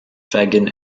fagin